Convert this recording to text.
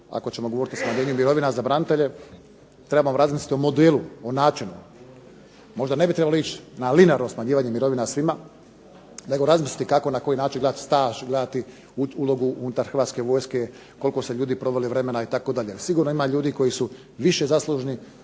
ako ćemo govoriti o smanjenju mirovina za branitelje trebamo razmisliti o modelu, o načinu. Možda ne bi trebalo ići na linearno smanjivanje mirovina svima, nego razmisliti kako, na koji način gledati staž, gledati ulogu unutar Hrvatske vojske, koliko su ljudi proveli vremena itd. Sigurno ima ljudi koji su više zaslužni,